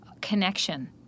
connection